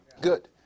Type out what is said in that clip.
Good